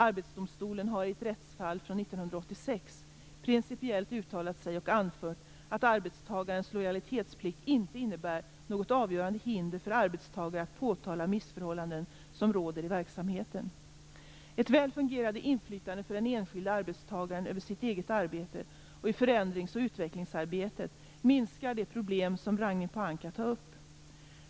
Arbetsdomstolen har i ett rättsfall från 1986 principiellt uttalat sig och anfört att arbetstagarens lojalitetsplikt inte innebär något avgörande hinder för arbetstagare att påtala missförhållanden som råder i verksamheten. Ett väl fungerande inflytande för den enskilde arbetstagaren över sitt eget arbete och i förändringsoch utvecklingsarbetet minskar de problem som Ragnhild Pohanka tar upp.